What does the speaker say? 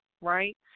right